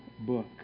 book